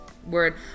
Word